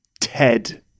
TED